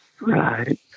Right